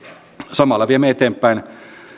samalla viemme eteenpäin